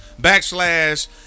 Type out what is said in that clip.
backslash